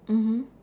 mmhmm